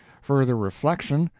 further reflection,